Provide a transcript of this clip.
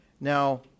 Now